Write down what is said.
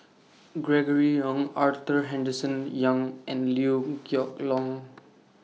Gregory Yong Arthur Henderson Young and Liew Geok Leong